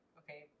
okay